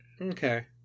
Okay